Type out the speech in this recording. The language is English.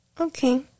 Okay